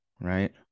right